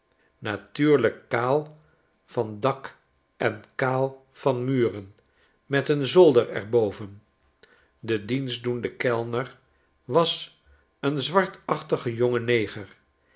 natuurlijk kaal van dak en kaal van muren met een zolder er boven de dienstdoende kellner was een zwartachtige jonge neger